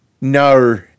No